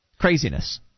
Craziness